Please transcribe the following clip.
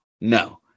no